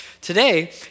Today